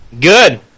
Good